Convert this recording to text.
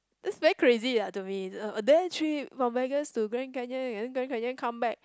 it's very crazy ya to me uh a day trip from Vegas to Grand Canyon and then Grand Canyon come back